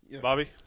Bobby